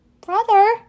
Brother